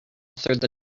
through